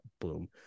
boom